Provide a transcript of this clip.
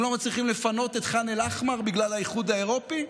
הם לא מצליחים לפנות את ח'אן אל-אחמר בגלל האיחוד האירופי,